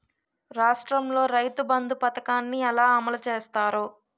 రాష్ట్రంలో రైతుబంధు పథకాన్ని ఎలా అమలు చేస్తారు?